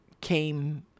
came